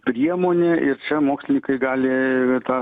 priemonė ir čia mokslininkai gali tą